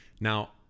Now